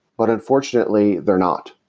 but unfortunately, they're not,